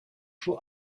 for